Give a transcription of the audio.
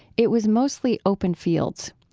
it was mostly open fields.